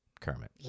Kermit